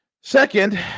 Second